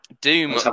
Doom